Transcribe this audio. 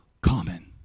common